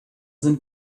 sind